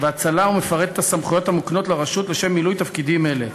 והצלה ומפרט את הסמכויות המוקנות לרשות לשם מילוי תפקידים אלה.